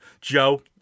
Joe